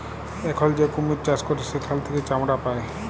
এখল যে কুমির চাষ ক্যরে সেখাল থেক্যে চামড়া পায়